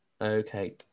Okay